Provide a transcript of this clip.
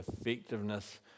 effectiveness